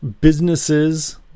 businesses